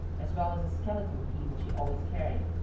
as well as a skeleton key which he always carried.